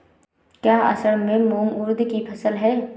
क्या असड़ में मूंग उर्द कि फसल है?